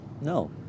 No